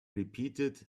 repeated